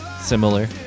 similar